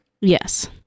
Yes